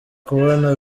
kubona